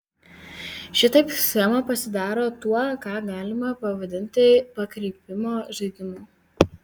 šitaip schema pasidaro tuo ką galima pavadinti pakreipimo žaidimu